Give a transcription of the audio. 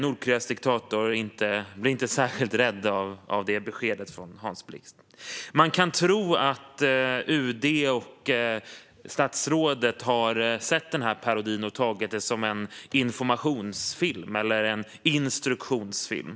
Nordkoreas diktator blir inte särskilt rädd när han får detta besked från Hans Blix. Man kan tro att UD och statsrådet har sett parodin och tagit den till sig som en informationsfilm eller en instruktionsfilm.